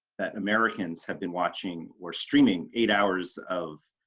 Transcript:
that americans have been watching were streaming eight hours of